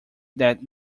that